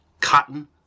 Cotton